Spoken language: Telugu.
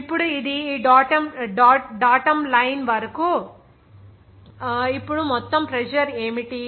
ఇప్పుడు ఇది ఈ డాటమ్ లైన్ వరకు ఇప్పుడు మొత్తం ప్రెజర్ ఏమిటి